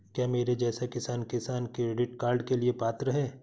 क्या मेरे जैसा किसान किसान क्रेडिट कार्ड के लिए पात्र है?